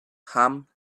ham